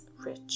rich